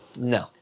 No